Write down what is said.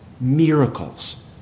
Miracles